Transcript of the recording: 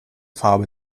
farbe